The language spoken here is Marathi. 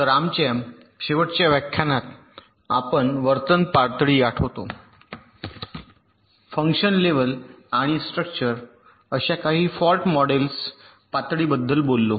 तर आमच्या शेवटच्या व्याख्यानात आपण वर्तन पातळी आठवतो फंक्शन लेव्हल आणि स्ट्रक्चर अशा काही फॉल्ट मॉडेल्स पातळी बद्दल बोललो